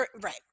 Right